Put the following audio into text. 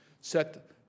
set